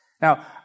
Now